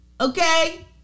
Okay